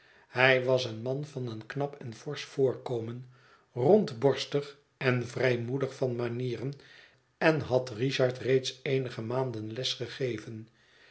hij was een man van een knap en forsch voorkomen rondborstig en vrijmoedig van manieren en had richard reeds eenige maanden les gegeven